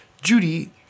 Judy